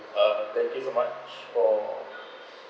uh thank you so much for